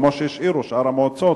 כמו שהשאירו את שאר ראשי המועצות,